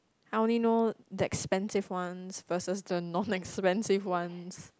I only know the expensive ones versus the non expensive ones